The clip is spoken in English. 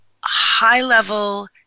high-level